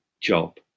job